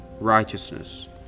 righteousness